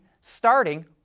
starting